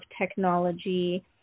technology